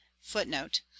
footnote